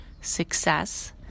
success